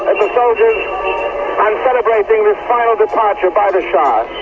um ah celebrating the final departure by the shah.